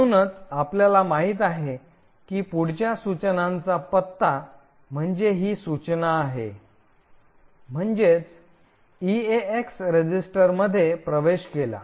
म्हणूनच आपल्याला माहित आहे की पुढच्या सूचनांचा पत्ता म्हणजे ही सूचना आहे म्हणजेच ईएक्स रजिस्टरमध्ये प्रवेश केला